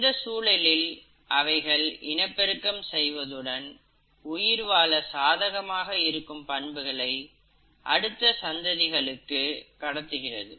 இந்த சூழலில் அவைகள் இனப்பெருக்கம் செய்வதுடன் உயிர்வாழ சாதகமாக இருக்கும் பண்புகளை அடுத்த சந்ததிகளுக்கு கடத்துகிறது